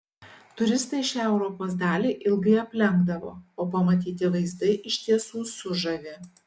turistai šią europos dalį ilgai aplenkdavo o pamatyti vaizdai iš tiesų sužavi